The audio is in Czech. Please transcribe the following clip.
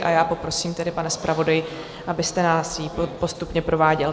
A já poprosím tedy, pane zpravodaji, abyste nás jí postupně prováděl.